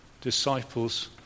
disciples